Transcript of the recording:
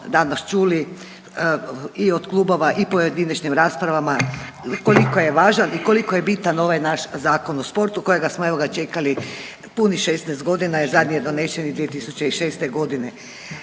danas čuli i od klubova i pojedinačnim raspravama koliko je važan i koliko je bitan ovaj naš Zakon o sportu kojega smo evo ga čekali punih 16 godina jer zadnje je donesen 2006. godine.